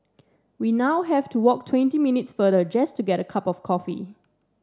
we now have to walk twenty minutes farther just to get a cup of coffee